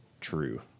true